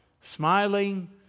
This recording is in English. smiling